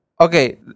okay